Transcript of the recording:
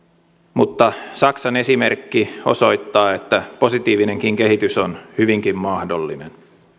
mutta saksan esimerkki osoittaa että positiivinenkin kehitys on hyvinkin mahdollinen